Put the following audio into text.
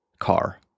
Car